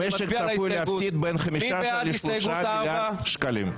-- המשק צפוי להפסיד בין 15 ל-30 מיליארד שקלים.